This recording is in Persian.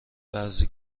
بعضی